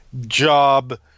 job